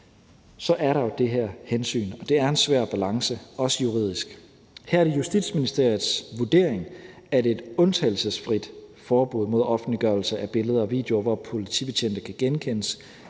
er der jo det her hensyn, og det er en svær balance, også juridisk. Her er det Justitsministeriets vurdering, at et undtagelsesfrit forbud mod offentliggørelse af billeder og videoer, hvor politibetjente kan genkendes,